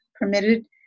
permitted